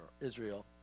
Israel